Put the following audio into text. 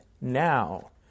now